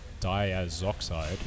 diazoxide